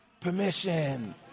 permission